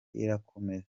irakomeza